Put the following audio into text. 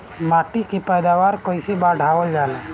माटी के पैदावार कईसे बढ़ावल जाला?